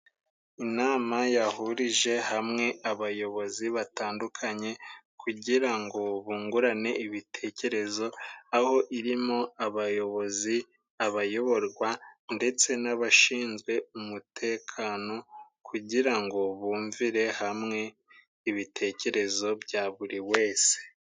Inama yahurije hamwe abayobozi batandukanye, kugira ngo bungurane ibitekerez, aho irimo abayobozi, abayoborwa ndetse n'abashinzwe umutekano, kugira ngo bumvire hamwe ibitekerezo bya buri wese.